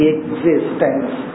Existence